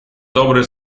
добрые